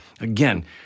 Again